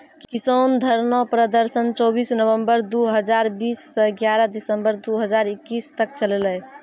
किसान धरना प्रदर्शन चौबीस नवंबर दु हजार बीस स ग्यारह दिसंबर दू हजार इक्कीस तक चललै